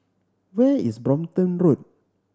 where is Brompton Road